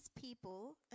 people